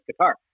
guitar